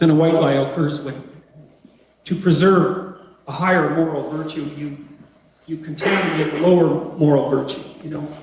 and white lie occurs but to preserve a higher moral virtue you you contaminate lower moral virtue you know,